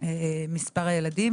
מספר הילדים.